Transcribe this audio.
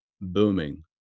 Booming